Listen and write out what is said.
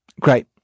Great